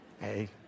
Hey